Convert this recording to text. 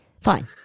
Fine